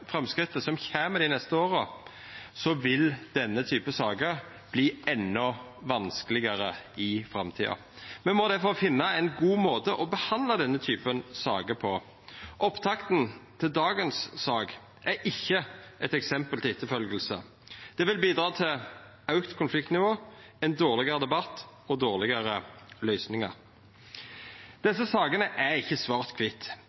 som kjem dei neste åra, vil denne typen saker verta endå vanskelegare i framtida. Me må difor finna ein god måte å behandla denne typen saker på. Opptakten til dagens sak er ikkje eit føredøme for andre. Det vil bidra til auka konfliktnivå, ein dårlegare debatt og dårlegare